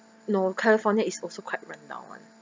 no california is also quite rundown [one]